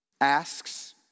asks